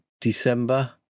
December